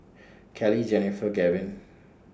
Keli Jenifer Gavyn